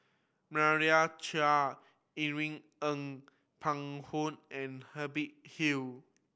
Meira Chand Irene Ng Phek Hoong and Hubert Hill